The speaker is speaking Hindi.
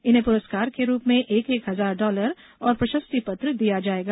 इन्हें तपुरस्कार के रूप में एक एक हजार डालर और प्रशस्ति पत्र दिया जाएगा